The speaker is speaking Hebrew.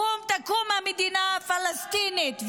קום תקום המדינה הפלסטינית.